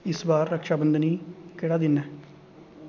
इस बार रक्षाबंधन गी केह्ड़ा दिन ऐ